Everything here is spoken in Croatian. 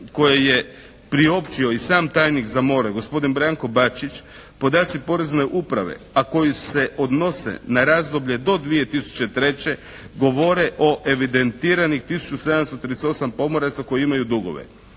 koje je priopćio i sam tajnik za more gospodin Branko Bačić, podaci Porezne uprave a koji se odnose na razdoblje do 2003. govore o evidentiranih 1738 pomoraca koji imaju dugove.